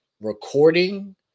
recording